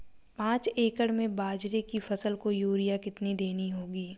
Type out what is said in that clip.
पांच एकड़ में बाजरे की फसल को यूरिया कितनी देनी होगी?